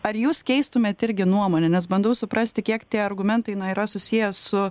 ar jūs keistumėt irgi nuomonę nes bandau suprasti kiek tie argumentai na yra susiję su